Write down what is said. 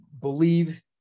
believe